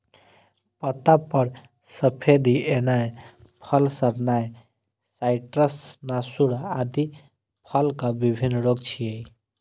पत्ता पर सफेदी एनाय, फल सड़नाय, साइट्र्स नासूर आदि फलक विभिन्न रोग छियै